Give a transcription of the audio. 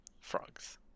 frogs